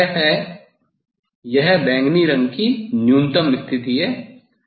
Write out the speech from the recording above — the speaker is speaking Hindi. यह है यह बैंगनी रंग की न्यूनतम स्थिति है